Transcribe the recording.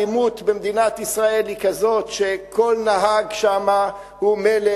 האלימות במדינת ישראל היא כזאת שכל נהג הוא מלך.